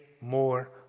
more